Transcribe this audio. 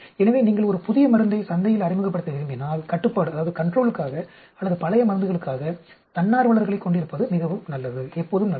எனவே நீங்கள் ஒரு புதிய மருந்தை சந்தையில் அறிமுகப்படுத்த விரும்பினால் கட்டுப்பாட்டுக்காக அல்லது பழைய மருந்துகளுக்காக தன்னார்வலர்களைக் கொண்டிருப்பது எப்போதும் நல்லது